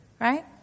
Right